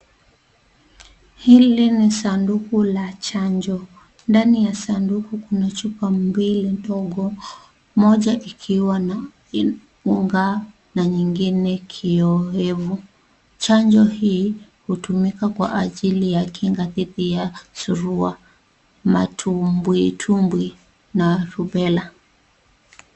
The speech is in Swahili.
Hili ni sanduku la chanjo ndani ya sanduku Kuna chupa mbili ndogo moja ikiwa na unga na nyingine kioo refu chanjo hii hutumika kwa ajili ya Kinga didhi ya surua ,matubwitubwi na rubela.